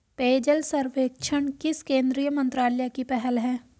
पेयजल सर्वेक्षण किस केंद्रीय मंत्रालय की पहल है?